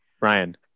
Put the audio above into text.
Ryan